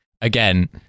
Again